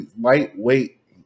lightweight